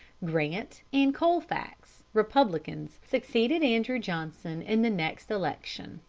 grant and colfax, republicans, succeeded andrew johnson in the next election,